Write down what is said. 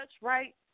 right